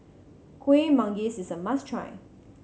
Kuih Manggis is a must try